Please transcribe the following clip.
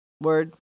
word